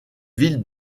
ville